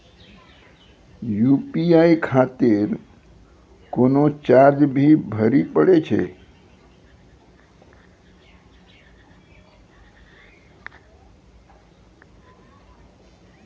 UPI खातिर कोनो charge भी भरी पड़ी हो?